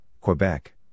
Quebec